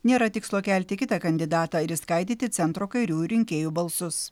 nėra tikslo kelti kitą kandidatą ir išskaidyti centro kairiųjų rinkėjų balsus